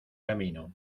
camino